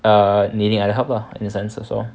err needing other help lah in some sense also